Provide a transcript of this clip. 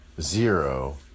zero